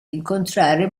incontrare